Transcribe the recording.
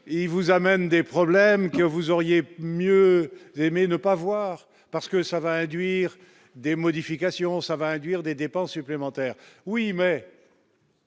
vous amène des problèmes que vous auriez mieux aimé ne pas voir parce que ça va induire des modifications ça va induire des dépenses supplémentaires oui mais.